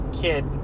kid